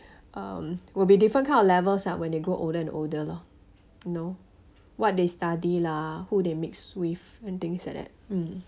um will be different kind of levels ah when they grow older and older lor you know what they study lah who they mix with and things like that um